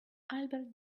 albert